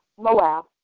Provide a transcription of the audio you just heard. Moab